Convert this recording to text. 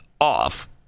off